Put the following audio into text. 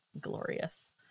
glorious